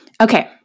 Okay